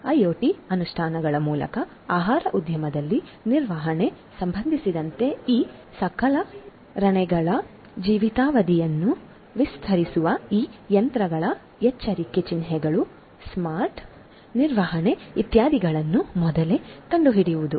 IoT ಅನುಷ್ಠಾನಗಳ ಮೂಲಕ ಆಹಾರ ಉದ್ಯಮದಲ್ಲಿ ನಿರ್ವಹಣೆಗೆ ಸಂಬಂಧಿಸಿದಂತೆ ಈ ಸಲಕರಣೆಗಳ ಜೀವಿತಾವಧಿಯನ್ನು ವಿಸ್ತರಿಸುವ ಈ ಯಂತ್ರಗಳ ಎಚ್ಚರಿಕೆ ಚಿಹ್ನೆಗಳು ಸ್ಮಾರ್ಟ್ ನಿರ್ವಹಣೆ ಇತ್ಯಾದಿಗಳನ್ನು ಮೊದಲೇ ಕಂಡುಹಿಡಿಯುವುದು